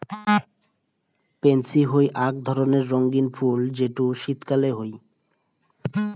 pansy হই আক ধরণের রঙ্গীন ফুল যেটো শীতকালে হই